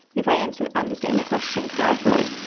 if i answer, understand the question correctly.